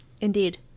Indeed